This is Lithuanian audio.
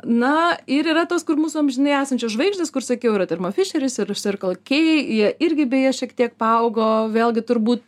na ir yra tos kur mūsų amžinai esančios žvaigždės kur sakiau yra termofišeris circle k jie irgi beje šiek tiek paaugo vėlgi turbū